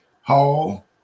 Hall